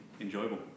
enjoyable